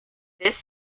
this